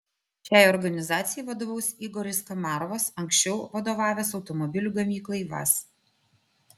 šiai organizacijai vadovaus igoris komarovas anksčiau vadovavęs automobilių gamyklai vaz